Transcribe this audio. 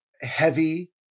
heavy